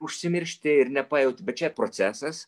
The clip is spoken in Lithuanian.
užsimiršti ir nepajauti bet čia procesas